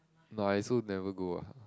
no I also never go ah